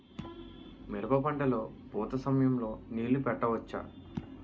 మిరప పంట లొ పూత సమయం లొ నీళ్ళు పెట్టవచ్చా?